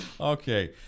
Okay